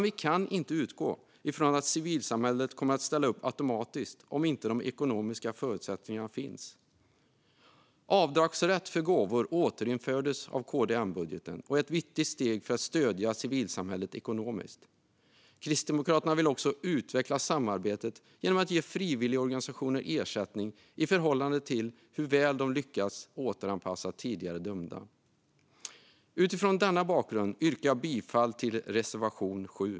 Vi kan dock inte utgå från att civilsamhället kommer att ställa upp automatiskt om inte de ekonomiska förutsättningarna finns. Avdragsrätt för gåvor återinfördes i KD-M-budgeten och är ett viktigt steg för att stödja civilsamhället ekonomiskt. Kristdemokraterna vill också utveckla samarbetet genom att ge frivilligorganisationer ersättning i förhållande till hur väl de lyckas återanpassa tidigare dömda. Utifrån denna bakgrund yrkar jag bifall till reservation 7.